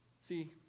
See